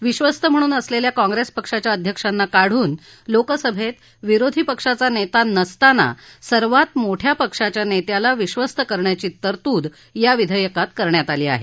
विधस्त म्हणून असलेल्या काँग्रेस पक्षाच्या अध्यक्षांना काढून लोकसभेत विरोधी पक्षाचा नेता नसताना सर्वात मोठ्या पक्षाच्या नेत्याला विश्वस्त करण्याची तरतूद या विधेयकात करण्यात आली आहे